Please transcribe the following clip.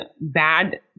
bad